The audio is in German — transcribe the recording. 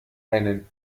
einen